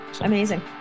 Amazing